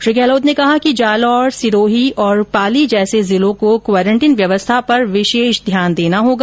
श्री गहलोत ने कहा कि जालोर सिरोही और पाली जैसे जिलों को क्वारंटाइन व्यवस्था पर विशेष ध्यान देना होगा